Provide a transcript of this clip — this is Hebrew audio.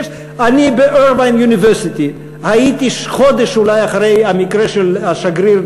אני הייתי ב- Irvine Universityחודש אולי אחרי המקרה של השגריר,